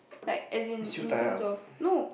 like as in in terms of no